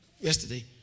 yesterday